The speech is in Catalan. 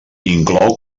inclou